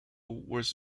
was